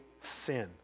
sin